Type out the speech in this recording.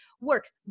works